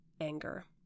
anger